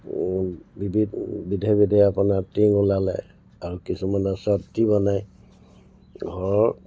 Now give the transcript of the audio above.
বিবিধ বিধে বিধে আপোনাৰ টিং ওলালে আৰু কিছুমানে চট দি বনায় ঘৰৰ